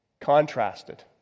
Contrasted